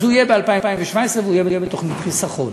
אז הוא יהיה ב-2017 והוא יהיה בתוכנית חיסכון,